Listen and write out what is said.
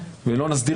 נגיע